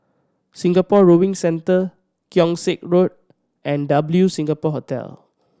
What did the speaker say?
Singapore Rowing Centre Keong Saik Road and W Singapore Hotel